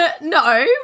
No